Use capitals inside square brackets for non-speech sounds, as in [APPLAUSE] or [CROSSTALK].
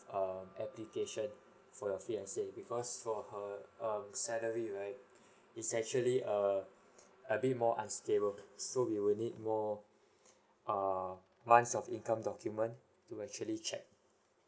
um application for your fiancé because for her um salary right [BREATH] it's actually a a bit more unstable so we will need more err months of income documents to actually check